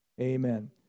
amen